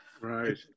Right